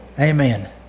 Amen